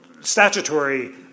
statutory